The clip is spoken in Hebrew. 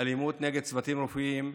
אלימות נגד צוותים רפואיים,